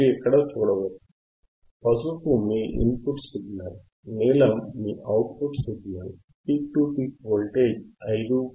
మీరు ఇక్కడ చూడవచ్చు పసుపు మీ ఇన్పుట్ సిగ్నల్ నీలం మీ output signal peak to peak voltage 5